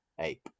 Ape